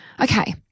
Okay